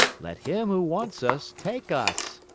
let him who wants us take us!